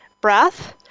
breath